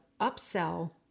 upsell